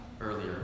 earlier